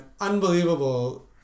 unbelievable